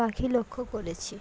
পাখি লক্ষ্য করেছি